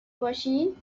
باشین